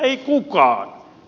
ei kukaan